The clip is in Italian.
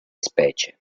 specie